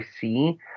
see